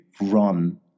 run